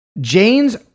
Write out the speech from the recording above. Jane's